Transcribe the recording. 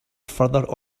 further